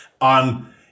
on